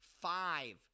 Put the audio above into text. five